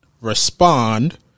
respond